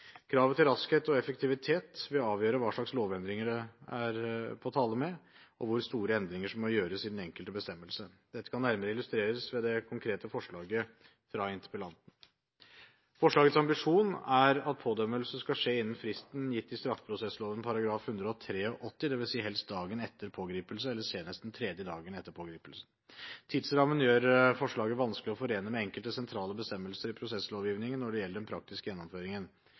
Kravet til raskhet og effektivitet vil avgjøre hva slags lovendringer det er på tale med, og hvor store endringer som må gjøres i den enkelte bestemmelse. Dette kan nærmere illustreres ved det konkrete forslaget fra interpellanten. Forslagets ambisjon er at pådømmelse skal skje innen fristen gitt i straffeprosessloven § 183, det vil si helst dagen etter pågripelse eller senest den tredje dagen etter pågripelse. Tidsrammen gjør forslaget vanskelig å forene med enkelte sentrale bestemmelser i prosesslovgivningen når det gjelder den praktiske gjennomføringen.